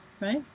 right